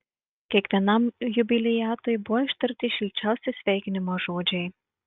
kiekvienam jubiliatui buvo ištarti šilčiausi sveikinimo žodžiai